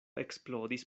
eksplodis